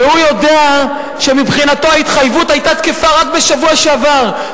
והוא יודע שמבחינתו ההתחייבות היתה תקפה רק בשבוע שעבר,